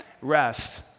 Rest